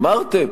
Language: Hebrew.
אמרתם: